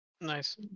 Nice